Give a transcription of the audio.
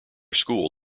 school